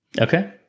Okay